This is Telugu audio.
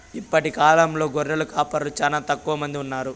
ఇప్పటి కాలంలో గొర్రెల కాపరులు చానా తక్కువ మంది ఉన్నారు